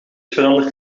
verandert